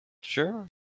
Sure